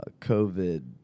COVID